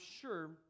sure